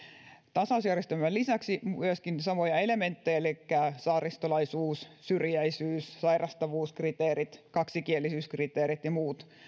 tasausjärjestelmän lisäksi myöskin samoja elementtejä elikkä saaristolaisuus syrjäisyys sairastavuuskriteerit kaksikielisyyskriteerit ja muut